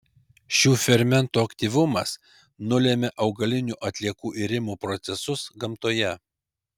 šių fermentų aktyvumas nulemia augalinių atliekų irimo procesus gamtoje